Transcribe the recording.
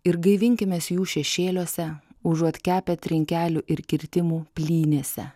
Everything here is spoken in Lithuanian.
ir gaivinkimės jų šešėliuose užuot kepę trinkelių ir kirtimų plynėse